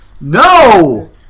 No